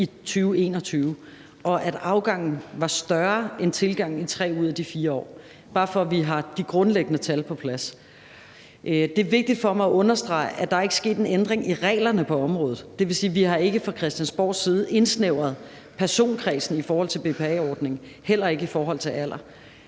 i 2021, og at afgangen var større end tilgangen i 3 ud af de 4 år – bare for at vi har de grundlæggende tal på plads. Det er vigtigt for mig at understrege, at der ikke er sket en ændring i reglerne på området. Det vil sige, at vi ikke fra Christiansborgs side har indsnævret personkredsen i forhold til BPA-ordningen, heller ikke i forhold til alder,